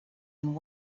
and